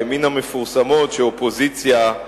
מן המפורסמות שאופוזיציה,